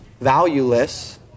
valueless